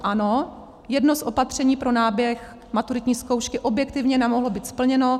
Ano, jedno z opatření pro náběh maturitní zkoušky objektivně nemohlo být splněno.